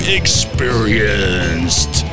experienced